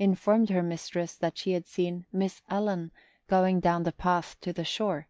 informed her mistress that she had seen miss ellen going down the path to the shore